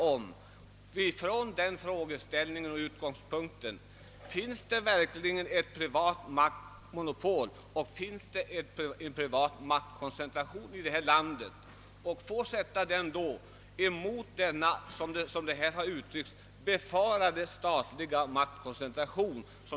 Vi kan då som utgångspunkt för denna ställa frågan: Finns det i detta land en privat maktkoncentration?